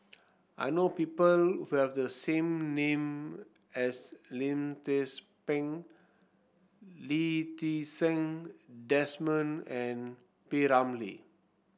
I know people who have the same name as Lim Tze Peng Lee Ti Seng Desmond and P Ramlee